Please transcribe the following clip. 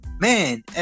man